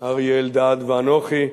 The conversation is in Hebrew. אריה אלדד, ואנוכי,